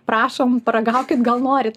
prašom paragaukit gal norit